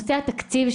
נושא התקציב,